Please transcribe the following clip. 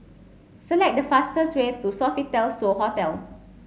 select the fastest way to Sofitel So Hotel